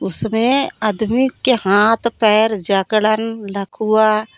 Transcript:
उसमें आदमी के हाथ पैर जकड़न लकवा